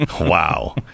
Wow